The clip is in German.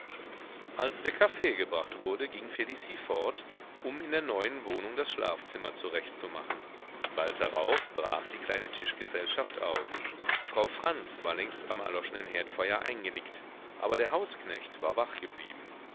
als der kaffee gebracht wurde ging felicie fort um in der neuen wohnung das schlafzimmer zurechtzumachen bald darauf brach die kleine tischgesellschaft auf frau franz war längst am erloschenen herdfeuer eingenickt aber der hausknecht war wachgeblieben